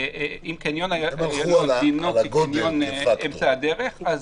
הם הלכו על הגודל כפקטור.